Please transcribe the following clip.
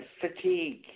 fatigue